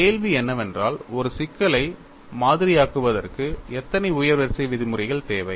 கேள்வி என்னவென்றால் ஒரு சிக்கலை மாதிரியாக்குவதற்கு எத்தனை உயர் வரிசை விதிமுறைகள் தேவை